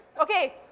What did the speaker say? Okay